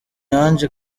ange